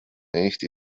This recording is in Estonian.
eesti